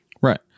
Right